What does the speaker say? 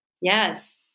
Yes